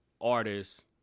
artists